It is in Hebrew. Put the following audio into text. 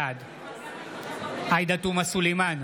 בעד עאידה תומא סלימאן,